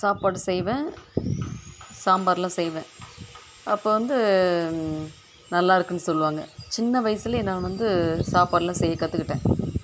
சாப்பாடு செய்வேன் சாம்பார்லாம் செய்வேன் அப்போது வந்து நல்லா இருக்குன்னு சொல்லுவாங்க சின்ன வயதிலயே நான் வந்து சாப்பாட்டுலாம் செய்ய கத்துக்கிட்டேன்